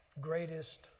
greatest